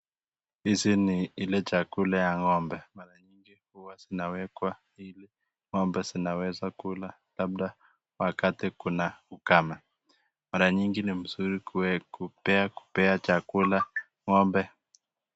Hizi ni ile chakula ya ng'ombemara nyingi huwa zinawekwa ili ng'ombe zinaweza kula labda wakati kuna ukame, mara nyingi ni mzuri kuweka kupea chakula ng'ombe.